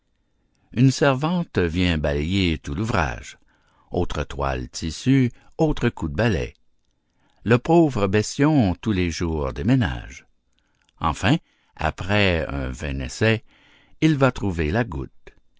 une servante vient balayer tout l'ouvrage autre toile tissue autre coup de balai le pauvre bestion tous les jours déménage enfin après un vain essai il va trouver la goutte